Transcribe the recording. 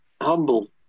humble